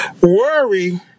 worry